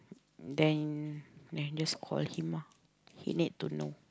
then then just call him ah he need to know